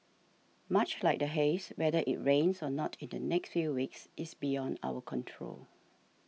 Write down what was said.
much like the haze whether it rains or not in the next few weeks is beyond our control